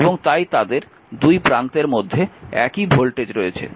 এবং তাই তাদের দুই প্রান্তের মধ্যে একই ভোল্টেজ রয়েছে